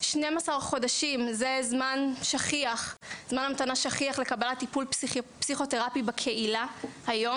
12 חודשים זה זמן המתנה שכיח לקבלת טיפול פסיכותרפי בקהילה היום.